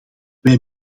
wij